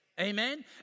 Amen